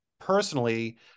personally